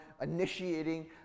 initiating